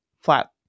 Flat